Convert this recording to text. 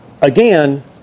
Again